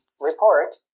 report